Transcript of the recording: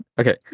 okay